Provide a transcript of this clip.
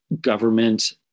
government